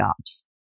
jobs